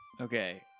Okay